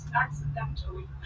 accidentally